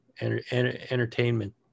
entertainment